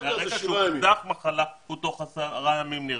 ברגע שהוא פיתח מחלה, הוא תוך עשרה ימים נרפא,